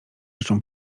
rzeczą